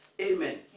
Amen